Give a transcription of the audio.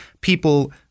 people